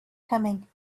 coming